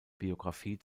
biografie